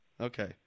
Okay